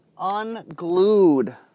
Unglued